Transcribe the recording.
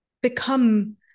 become